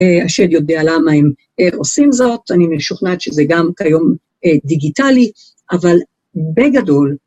השד יודע למה הם עושים זאת, אני משוכנעת שזה גם כיום דיגיטלי, אבל בגדול...